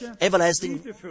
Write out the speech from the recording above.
Everlasting